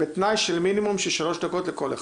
בתנאי של מינימום של שלוש דקות לכל אחד.